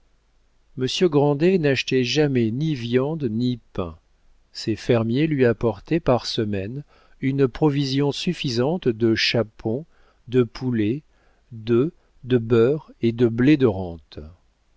monsieur grandet n'achetait jamais ni viande ni pain ses fermiers lui apportaient par semaine une provision suffisante de chapons de poulets d'œufs de beurre et de blé de rente